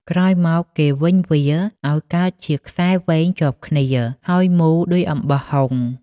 ក្រោយមក គេវេញវា អោយកើតជាខ្សែវែងជាប់គ្នា ហើយមូរដូចអំបោះហុង ។